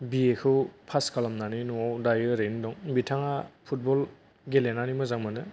बिएखौ pass खालामनानै न'आव दायो ओरैनो दं बिथाङा फुटबल गेलेनानै मोजां मोनो